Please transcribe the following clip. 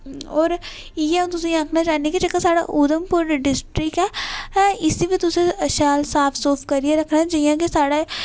और इ'यै अ'ऊं तुसेंगी आक्खना चाहंनी की जेह्का साढ़ा उधमपुर डिस्टिक ऐ इस्सी बी तुसे शैल साफ सुफ करिये रखना जियां की साढ़े